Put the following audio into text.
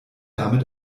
damit